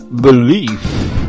belief